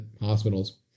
hospitals